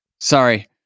Sorry